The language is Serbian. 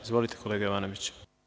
Izvolite kolega Jovanoviću.